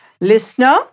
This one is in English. Listener